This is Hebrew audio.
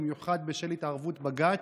במיוחד בשל התערבות בג"ץ.